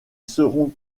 seront